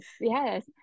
yes